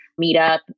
meetup